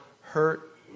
hurt